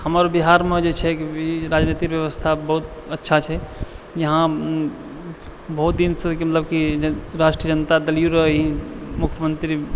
हमर बिहारमे जे छै राजनीतिक बेबस्था बहुत अच्छा छै यहाँ बहुत दिनसँ मतलब की राष्ट्रीय जनता दल रहै मुख्यमन्त्री